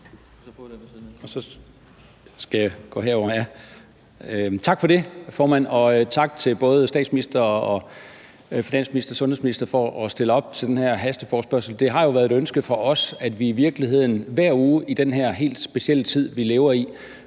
Tak for det, formand, og tak til både statsministeren, finansministeren og sundhedsministeren for at stille op til den her hasteforespørgsel. Det har jo været et ønske fra os, at vi i virkeligheden hver uge i den her helt specielle tid, vi lever i,